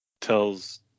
tells